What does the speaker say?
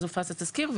אז הופץ התזכיר,